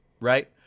right